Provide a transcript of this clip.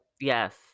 Yes